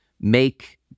make